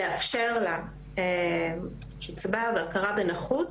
לאפשר לה קצבה והכרה בנכות,